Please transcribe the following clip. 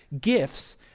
gifts